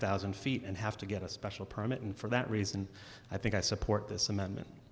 thousand feet and have to get a special permit and for that reason i think i support this amendment